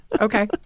okay